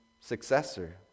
successor